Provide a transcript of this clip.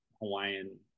Hawaiian